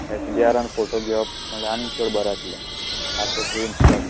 H D आरान photo घेवप म्हळ्यार आनी चड बरें जातले सारके क्लिन शोट